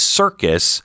circus